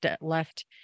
left